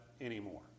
anymore